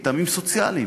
מטעמים סוציאליים.